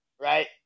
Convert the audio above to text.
right